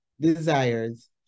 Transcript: desires